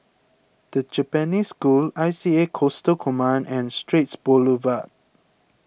the Japanese School I C A Coastal Command and Straits Boulevard